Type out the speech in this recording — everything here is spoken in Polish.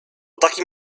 takim